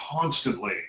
constantly